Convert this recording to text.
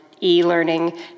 e-learning